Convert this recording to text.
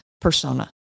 persona